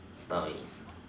stories